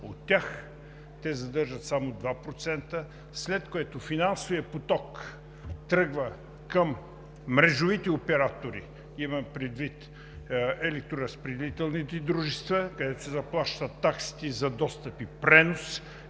те задържат само 2%, след което финансовият поток тръгва към мрежовите оператори, имам предвид електроразпределителните дружества, където се заплащат таксите за достъп и пренос